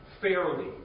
fairly